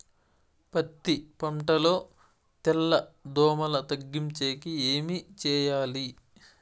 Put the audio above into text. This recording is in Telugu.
పత్తి పంటలో తెల్ల దోమల తగ్గించేకి ఏమి చేయాలి?